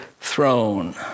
throne